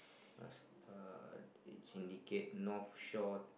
uh uh it's indicate North Shore